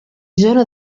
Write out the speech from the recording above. zona